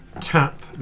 tap